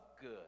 good